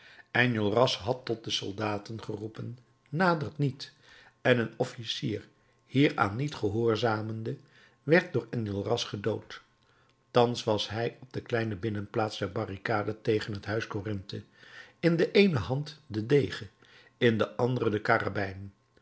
enjolras had tot de soldaten geroepen nadert niet en een officier hieraan niet gehoorzamende werd door enjolras gedood thans was hij op de kleine binnenplaats der barricade tegen het huis corinthe in de eene hand den degen in de andere de